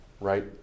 right